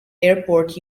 airport